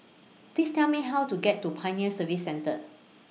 Please Tell Me How to get to Pioneer Service Centre